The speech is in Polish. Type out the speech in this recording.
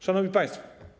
Szanowni Państwo!